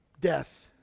Death